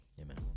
Amen